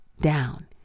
down